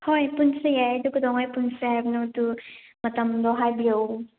ꯍꯣꯏ ꯄꯨꯟꯁꯦ ꯌꯥꯏ ꯑꯗꯣ ꯀꯩꯗꯧꯉꯩ ꯄꯨꯟꯁꯤ ꯍꯥꯏꯕꯅꯣ ꯑꯗꯨ ꯃꯇꯝꯗꯣ ꯍꯥꯏꯕꯤꯌꯨꯑꯣ